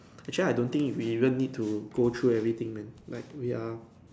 actually I don't think we even need to go through everything man like we are